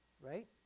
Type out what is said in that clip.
right